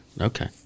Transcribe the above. Okay